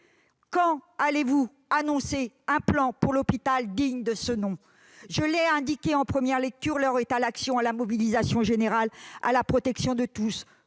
Quand allez-vous annoncer un plan pour l'hôpital digne de ce nom ? Comme je l'ai souligné en première lecture, l'heure est à l'action et à la mobilisation générale pour la protection de tous.